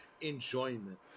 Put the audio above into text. Enjoyment